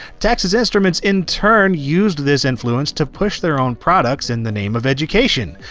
texas instruments in turn used this influence to push their own products in the name of education,